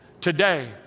Today